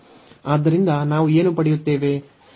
ಆದ್ದರಿಂದ ನಾವು ಏನು ಪಡೆಯುತ್ತೇವೆ